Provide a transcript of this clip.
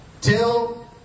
till